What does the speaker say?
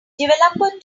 developer